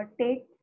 take